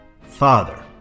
Father